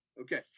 Okay